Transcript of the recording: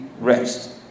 rest